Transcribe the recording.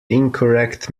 incorrect